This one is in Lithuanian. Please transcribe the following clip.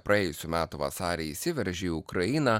praėjusių metų vasarį įsiveržė į ukrainą